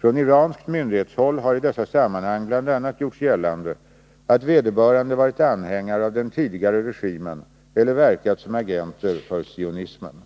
Från iranskt myndighetshåll har i dessa sammanhang bl.a. gjorts gällande att vederbörande varit anhängare av den tidigare regimen eller verkat som agenter för sionismen.